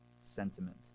sentiment